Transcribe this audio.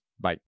Bye